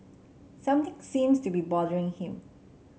something seems to be bothering him